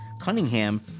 Cunningham